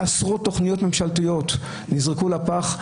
עשרות תכניות ממשלתיות נזרקו לפח,